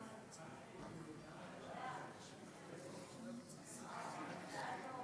תוצאות ההצבעה: בעד,